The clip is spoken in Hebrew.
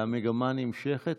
והמגמה נמשכת.